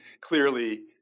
clearly